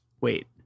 wait